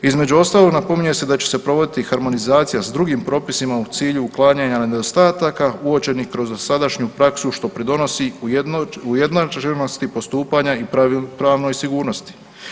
Između ostalog, spominje se da će se provoditi harmonizacija s drugim propisima u cilju uklanjanja nedostataka uočenih kroz dosadašnju praksu, što pridonosi u jedan … postupanja i pravnoj sigurnosti.